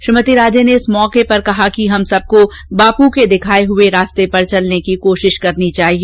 श्रीमती राजे ने इस अवसर पर कहा कि हम सबको बापू के दिखाए हुए रास्ते पर चलने की कोशिश करनी चाहिए